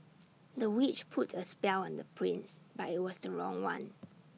the witch put A spell on the prince but IT was the wrong one